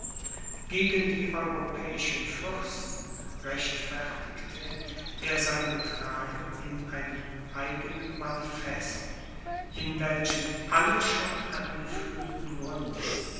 gegen die europäischen fürsten rechtfertigte er sein betragen in einem eigenen manifest in welchem alle schon angeführten gründe